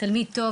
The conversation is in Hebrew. תלמיד טוב,